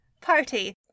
Party